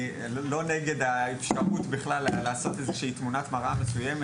אני לא נגד האפשרות בכלל לעשות איזושהי תמונת מראה מסוימת.